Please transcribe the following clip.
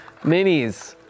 minis